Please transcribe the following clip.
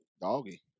Doggy